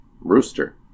Rooster